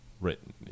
written